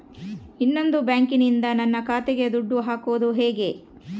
ಇನ್ನೊಂದು ಬ್ಯಾಂಕಿನಿಂದ ನನ್ನ ಖಾತೆಗೆ ದುಡ್ಡು ಹಾಕೋದು ಹೇಗೆ?